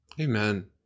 Amen